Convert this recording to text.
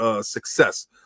success